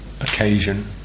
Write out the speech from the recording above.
occasion